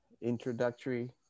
introductory